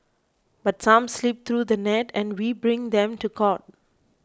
but some slip through the net and we bring them to court